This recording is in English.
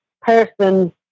person